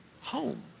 Home